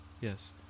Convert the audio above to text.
Yes